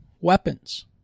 weapons